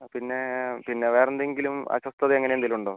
അപ്പോപിന്നേ പിന്നെ വേറെന്തെങ്കിലും അസ്വസ്ഥത അങ്ങനെന്തേലും ഉണ്ടോ